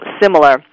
similar